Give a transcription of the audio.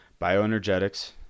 bioenergetics